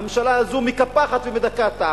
הממשלה הזאת מקפחת ומדכאה את העם,